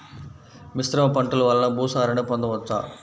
మిశ్రమ పంటలు వలన భూసారాన్ని పొందవచ్చా?